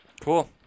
Cool